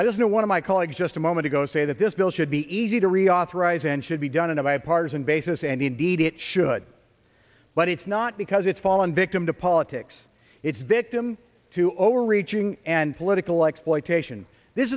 don't know one of my colleagues just a moment ago say that this bill should be easy to reauthorize and should be done in a bipartisan basis and indeed it should but it's not because it's fallen victim to politics it's victim to overreaching and political exploitation this